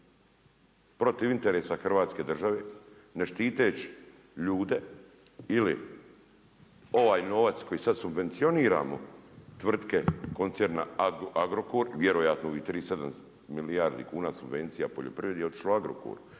protiv interesa hrvatske države, ne štiteći ljude ili ovaj novac koji sad subvencioniramo tvrtke koncerna Agrokor, vjerojatno ovi 3,7 milijardi subvencija poljoprivredi je otišlo Agrokoru